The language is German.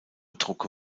drucke